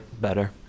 better